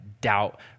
doubt